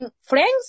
friends